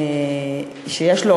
יש לו,